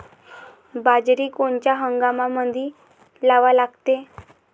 बाजरी कोनच्या हंगामामंदी लावा लागते?